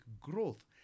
growth